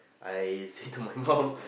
I say to my mum